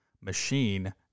machine